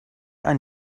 ein